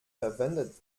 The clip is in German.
verwendet